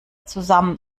zusammen